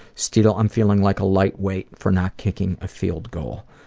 still i'm feeling like a lightweight for not kicking a field goal.